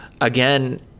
again